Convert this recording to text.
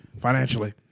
financially